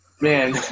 Man